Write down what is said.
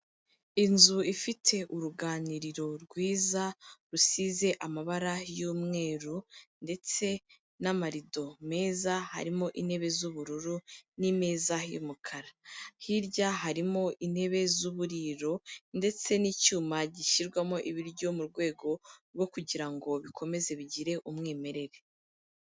Inzu ifite uruganiriro rwiza, rusize amabara y'umweru ndetse n'amarido meza, harimo intebe z'ubururu n'imeza y'umukara. Hirya harimo intebe z'uburiro ndetse n'icyuma gishyirwamo ibiryo mu rwego rwo kugira ngo bikomeze bigire umwimerere.